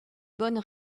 bonnes